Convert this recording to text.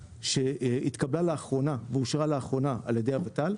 שהתקבלה ואושרה לאחרונה על ידי הות"ל,